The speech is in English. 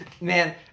man